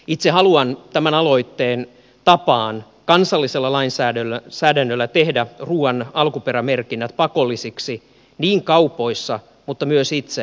itse haluan tämän aloitteen tapaan kansallisella lainsäädännöllä tehdä ruuan alkuperämerkinnät pakollisiksi niin kaupoissa kuin itse ravintoloissakin